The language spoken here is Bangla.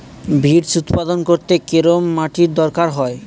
বিটস্ উৎপাদন করতে কেরম মাটির দরকার হয়?